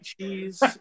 cheese